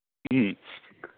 ꯎꯝ